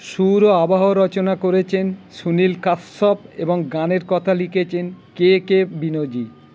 সুর ও আবহ রচনা করেচেন সুনীল কাশ্যপ এবং গানের কতা লিখেছেন কে কে বিনোজি